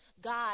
God